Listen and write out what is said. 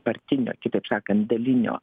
partinio kitaip sakant dalinio